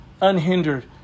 unhindered